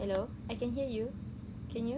hello I can hear you can you